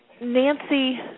Nancy